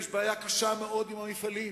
יש בעיה קשה מאוד עם המפעלים.